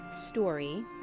story